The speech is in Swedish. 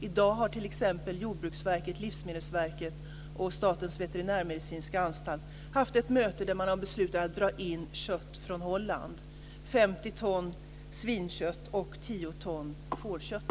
I dag har t.ex. Jordbruksverket, Livsmedelsverket och Statens Veterinärmedicinska anstalt haft ett möte där man har beslutat att dra in kött från Holland. Det är 50 ton svinkött och 10 ton fårkött.